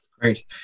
Great